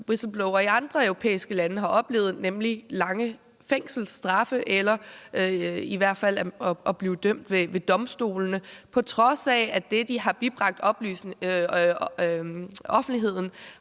som whistleblowere i andre europæiske lande har oplevet, nemlig lange fængselsstraffe eller i hvert fald at blive dømt ved domstolene, på trods af at det, de har bibragt offentligheden,